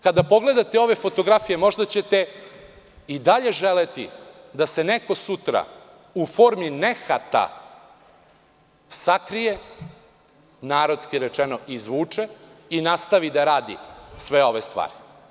Kada pogledate ove fotografije možda ćete i dalje želeti da se neko sutra u formi nehata sakrije, narodski rečeno izvuče, i nastavi da radi sve ove stvari.